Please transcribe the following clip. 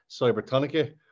Cybertonica